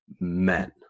men